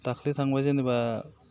दाख्लै थांबाय जेनेबा